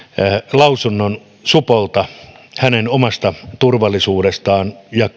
lausunnon supolta omasta turvallisuudestaan ja